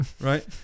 right